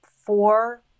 four